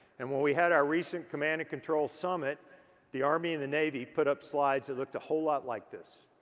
and when we had our recent command and control summit the army and the navy put up slides that looked a whole lot like this.